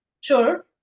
sure